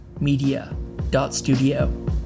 media.studio